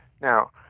Now